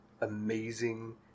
amazing